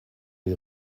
die